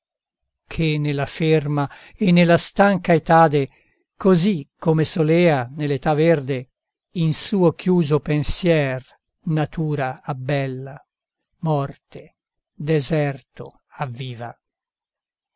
che nella ferma e nella stanca etade così come solea nell'età verde in suo chiuso pensier natura abbella morte deserto avviva